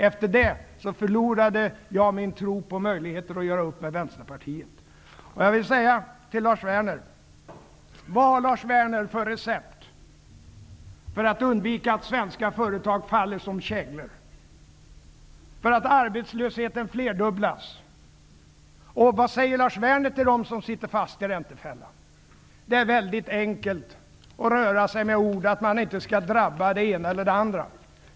Efter det förlorade jag min tro på möjligheten att göra upp med Jag vill fråga Lars Werner: Vad har Lars Werner för recept för att undvika att svenska företag faller som käglor och att arbetslösheten flerdubblas? Vad säger Lars Werner till dem som sitter fast i räntefällan? Det är väldigt enkelt att röra sig med ord och säga att det inte skall drabba den ena eller den andra.